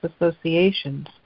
associations